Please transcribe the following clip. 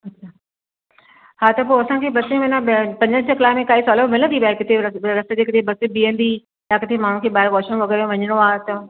अछा हा त पोइ असां खे बसि में माना पंज छहनि कलाकनि में बि काई बि सहूलियत मिलंदी भाई किथे रस्ते ते किथे बसि बीहंदी या किथे माण्हुनि खे ॿाहिरि वॉशरूम वग़ैरह वञिणो आहे त